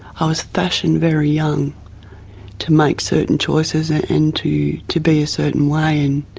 i was fashioned very young to make certain choices and and to to be a certain way, and